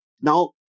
Now